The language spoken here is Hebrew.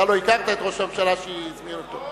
אתה לא הכרת את ראש הממשלה שהזמין אותו.